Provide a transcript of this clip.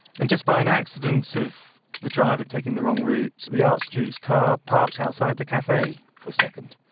and just by an accident of the driver taking the wrong route, the archduke's car parked outside the cafe for a second.